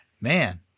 Man